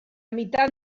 meitat